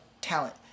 talent